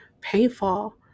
painful